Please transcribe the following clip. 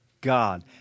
God